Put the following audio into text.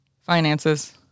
finances